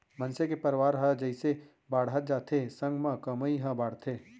मनसे के परवार ह जइसे बाड़हत जाथे संग म कमई ह बाड़थे